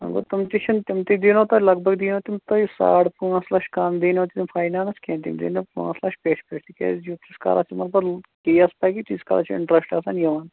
وۅنۍ گوٚو تِم تہِ چھِنہٕ تِم تہِ دیٖنو تۄہہِ لگ بگ دیٖن تِم تۄہہِ ساڑ پانٛژھ لچھ کَم دیٖنو تِم فاینانس کیٚنٛہہ تِم دیٖن پانٛژھ لَچھ پیٹھ پٮ۪ٹھ تِکیٛازِ یُتھ کالَس تِمَن پَتہٕ کَیٚس پَکہِ تِژھ کالَس چھِ اِنٛٹَرٛسٹ آسان یِوان